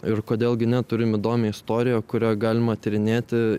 ir kodėl gi ne turim įdomią istoriją kurią galima tyrinėti